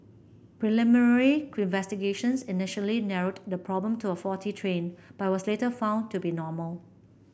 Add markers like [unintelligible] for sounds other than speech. preliminary [unintelligible] initially narrowed the problem to a faulty train but was later found to be normal